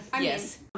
yes